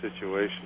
situation